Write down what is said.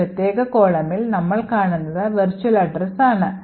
ഈ പ്രത്യേക columnൽ നമ്മൾ കാണുന്നത് വെർച്വൽ address ആണ്